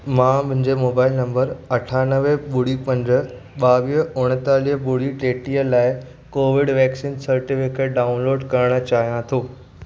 मां मुंहिंजे मोबाइल नंबरु अठानवे ॿुड़ी पंज ॿावीह उणेतालीह ॿुड़ी टेटीह लाइ कोविड वैक्सीन सर्टिफ़िकेटु डाउनलोडु करणु चाहियां थो